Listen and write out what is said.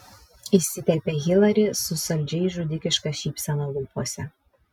įsiterpia hilari su saldžiai žudikiška šypsena lūpose